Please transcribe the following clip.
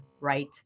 right